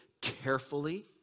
carefully